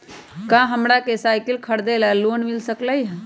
का हमरा के साईकिल खरीदे ला लोन मिल सकलई ह?